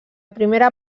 primera